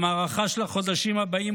במערכה של החודשים הבאים,